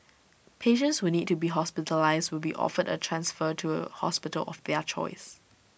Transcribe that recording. patients who need to be hospitalised will be offered A transfer to A hospital of their choice